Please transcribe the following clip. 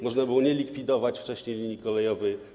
Można było nie likwidować wcześniej linii kolejowej.